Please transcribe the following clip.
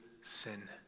sin